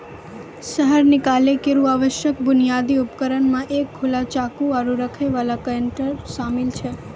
शहद निकालै केरो आवश्यक बुनियादी उपकरण म एक खुला चाकू, आरु रखै वाला कंटेनर शामिल छै